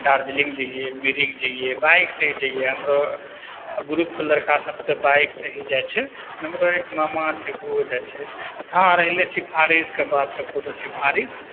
दार्जिलिंग जइए जइए बाइकसँ ही जइए हमरो ग्रुपके लड़िका सब तऽ बाइकसँ ही जाइ छै हमरो एक मामा छै उहो जाइ छै तऽ हँ रहलइ सिफारिशके बात तऽ कोनो सिफारिश